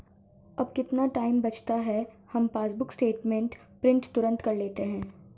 अब कितना टाइम बचता है, हम पासबुक स्टेटमेंट प्रिंट तुरंत कर लेते हैं